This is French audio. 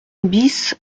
bis